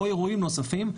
או אירועים נוספים,